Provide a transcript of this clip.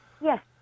Yes